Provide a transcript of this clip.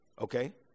Okay